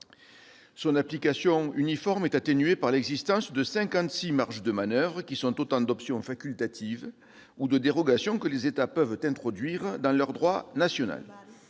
son application est atténuée par l'existence de 56 marges de manoeuvre, qui sont autant d'options facultatives ou de dérogations que les États peuvent introduire dans leur droit national.